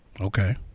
Okay